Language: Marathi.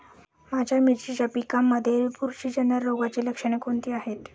माझ्या मिरचीच्या पिकांमध्ये बुरशीजन्य रोगाची लक्षणे कोणती आहेत?